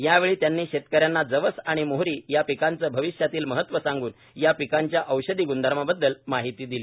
यावेळी त्यांनी शेतकऱ्यांना जवस आणि मोहरी या पिकांचे भविष्यातील महत्व सांगून या पिकांच्या औषधी गुणधर्माबद्दल माहिती दिली